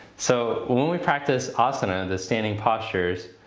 so when we practice asana, the standing postures,